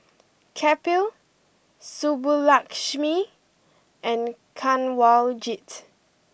Kapil Subbulakshmi and Kanwaljit